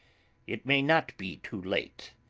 it may not be too late.